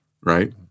right